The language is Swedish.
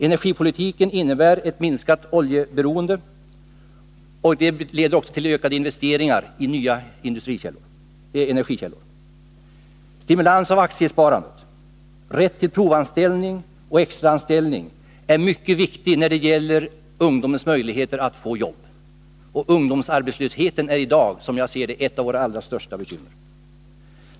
Energipolitiken innebär ett minskat oljeberoende; det leder till ökade investeringar i nya energikällor. Aktiesparandet stimuleras och rätt till provanställning och extraanställning införs; det är mycket viktigt när det gäller ungdomens möjligheter att få jobb. Ungdomsarbetslösheten är i dag, som jag ser det, ett av våra allra största bekymmer.